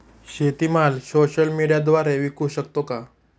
शेतीमाल सोशल मीडियाद्वारे विकू शकतो का?